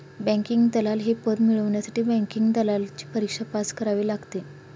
banking दलाल हे पद मिळवण्यासाठी बँकिंग दलालची परीक्षा पास करावी लागते